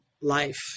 life